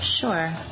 Sure